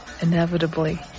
inevitably